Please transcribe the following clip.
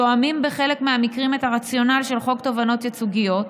תואמים בחלק מהמקרים את הרציונל של חוק תובענות ייצוגיות,